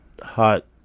Hot